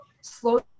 slow